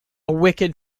wicked